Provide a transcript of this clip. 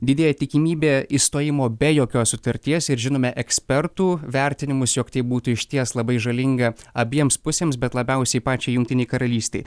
didėja tikimybė išstojimo be jokios sutarties ir žinome ekspertų vertinimus jog tai būtų išties labai žalinga abiems pusėms bet labiausiai pačiai jungtinei karalystei